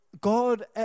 God